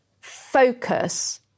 focus